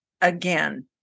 again